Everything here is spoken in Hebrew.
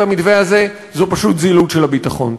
המתווה הזה זה פשוט זילות של הביטחון.